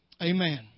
Amen